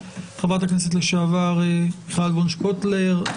חברת הכנסת לשעבר מיכל וונש קוטלר,